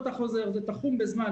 אתה האיש עם הנתונים בביטוח הלאומי?